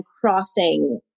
crossing